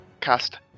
cast